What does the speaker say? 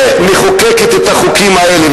ומחוקקת את החוקים האלה.